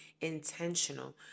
intentional